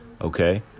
Okay